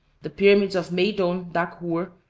the pyramids of meidoun dachhour,